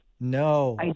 No